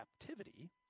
captivity